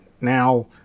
now